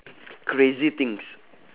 crazy things